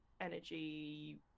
energy